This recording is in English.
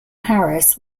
harris